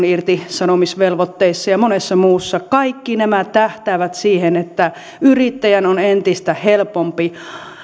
irtisanomisvelvoitteissa ja monessa muussa ja kaikki nämä tähtäävät siihen että yrittäjän olisi entistä helpompi